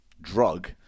drug